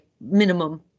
minimum